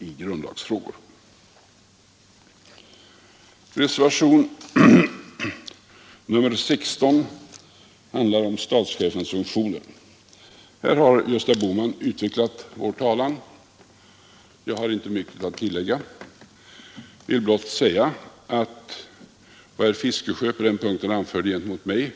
Härvidlag har Gösta Bohman utvecklat vår talan, och jag har inte mycket att tillägga. och i framtiden, det är också sant. Men här gäller det alltså Jag vill blott säga att vad herr Fiskesjö på den punkten anförde gentemot mig